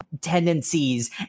tendencies